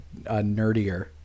nerdier